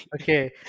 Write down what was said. Okay